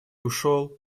ушел